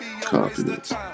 confidence